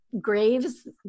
graves